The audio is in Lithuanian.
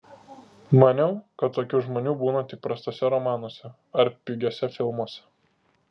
maniau kad tokių žmonių būna tik prastuose romanuose ar pigiuose filmuose